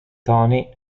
tony